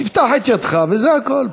תפתח את ידך וזה הכול.